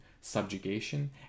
subjugation